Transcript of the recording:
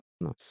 Nice